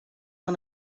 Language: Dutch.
van